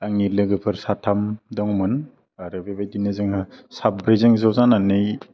आंनि लोगोफोर साथाम दंमोन आरो बेबादिनो जोङो साब्रैजों ज' जानानै